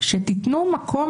שתיתנו מקום